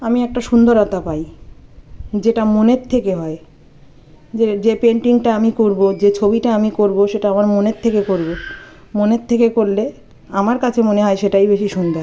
আমি একটা সুন্দরতা পাই যেটা মনের থেকে হয় যে যে পেন্টিংটা আমি করবো যে ছবিটা আমি করবো সেটা আমার মনের থেকে করবো মনের থেকে করলে আমার কাছে মনে হয় সেটাই বেশি সুন্দর